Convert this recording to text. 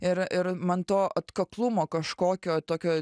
ir ir man to atkaklumo kažkokio tokio